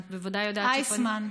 את בוודאי יודעת, אַיסמן.